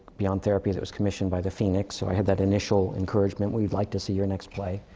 beyond therapy, that was commissioned by the phoenix. so, i had that initial encouragement. we'd like to see your next play.